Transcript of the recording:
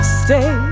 stay